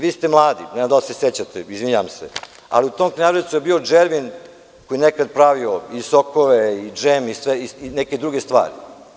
Vi ste mladi, ne znam da li se sećate, izvinjavam se, ali u tom Knjaževcu je bio „Džervin“ koji je nekada pravio i sokove i džem i neke druge stvari.